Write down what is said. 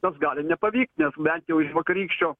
tas gali nepavykt nes bent jau iš vakarykščio